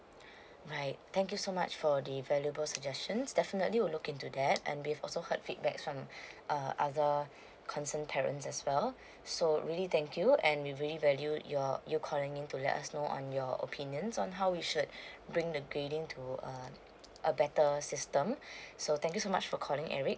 alright thank you so much for the valuable suggestions definitely will look into that and we also heard feedbacks from other uh concerned parents as well so really thank you and we really value your you calling in to let us know on your opinions on how we should bring the grading to um a better system so thank you so much for calling eric